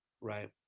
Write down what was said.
Right